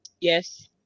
yes